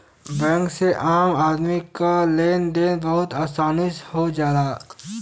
bank से आम आदमी क लेन देन में बहुत आसानी हो जाला